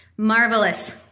Marvelous